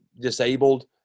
Disabled